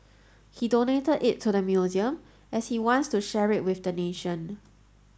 he donated it to the museum as he wants to share it with the nation